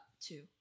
Two